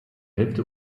hälfte